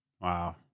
Wow